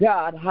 God